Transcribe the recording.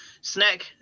snack